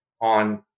on